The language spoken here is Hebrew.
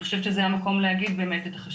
אני חושבת שזה המקום להדגיש את החשיבות